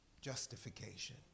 Justification